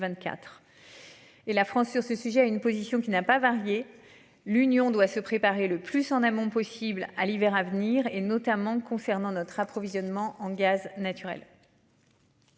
la France sur ce sujet a une position qui n'a pas varié. L'Union doit se préparer le plus en amont possible à l'hiver à venir et notamment concernant notre approvisionnement en gaz naturel.